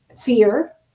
fear